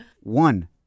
one